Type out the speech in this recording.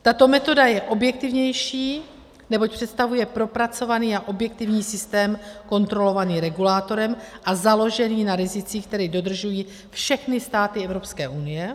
Tato metoda je objektivnější, neboť představuje propracovaný a objektivní systém kontrolovaný regulátorem a založený na rizicích, která dodržují všechny státy Evropské unie.